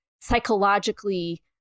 psychologically